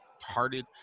hearted